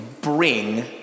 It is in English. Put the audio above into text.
bring